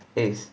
is